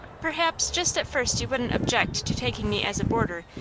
perhaps just at first you wouldn't object to taking me as a boarder,